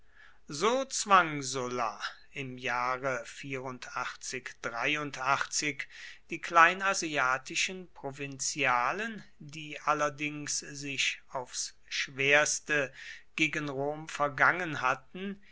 so zwang sulla im jahre die kleinasiatischen provinzialen die allerdings sich aufs schwerste gegen rom vergangen hatten